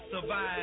survive